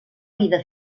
vida